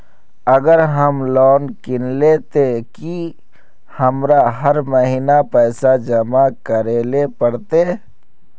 अगर हम लोन किनले ते की हमरा हर महीना पैसा जमा करे ले पड़ते?